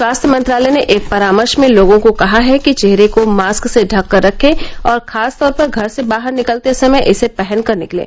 स्वास्थ्य मंत्रालय ने एक परामर्श में लोगों को कहा है कि चेहरे को मास्क से ढक कर रखें और खासतौर पर घर से बाहर निकलते समय इसे पहनकर निकलें